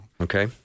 Okay